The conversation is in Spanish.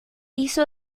hizo